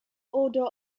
order